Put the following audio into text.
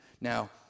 now